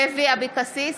אבקסיס,